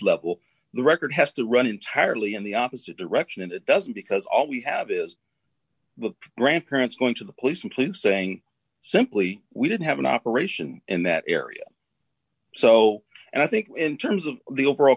level the record has to run entirely in the opposite direction and it doesn't because all we have is the grandparents going to the police and to saying simply we didn't have an operation in that area so i think in terms of the overall